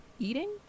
eating